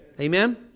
Amen